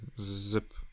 Zip